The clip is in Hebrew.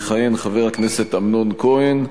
יכהן חבר הכנסת אמנון כהן.